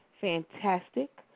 fantastic